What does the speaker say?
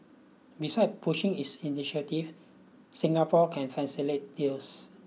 beside pushing its initiative Singapore can facilitate deals